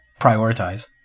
prioritize